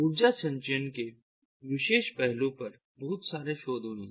ऊर्जा संचयन के विशेष पहलू पर बहुत सारे शोध हुए हैं